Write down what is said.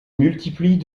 multiplient